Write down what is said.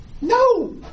No